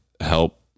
help